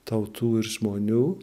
tautų ir žmonių